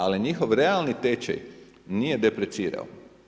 Ali, njihov realni tečaj, nije deprecirao.